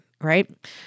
right